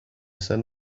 said